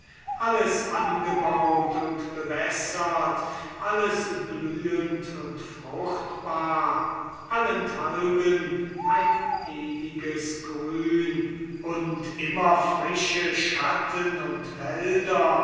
alles angebaut und bewässert alles blühend und fruchtbar allenthalben ein ewiges grün und immer frische schatten und wälder